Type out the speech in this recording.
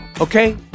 okay